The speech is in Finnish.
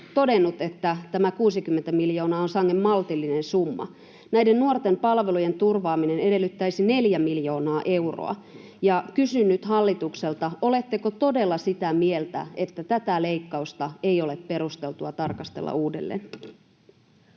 todennut, että tämä 60 miljoonaa on sangen maltillinen summa. Näiden nuorten palvelujen turvaaminen edellyttäisi neljää miljoonaa euroa. Kysyn nyt hallitukselta: oletteko todella sitä mieltä, että tätä leikkausta ei ole perusteltua tarkastella uudelleen?